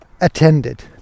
attended